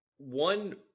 One